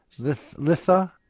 Litha